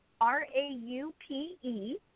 R-A-U-P-E